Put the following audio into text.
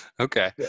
Okay